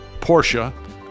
Porsche